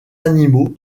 animaux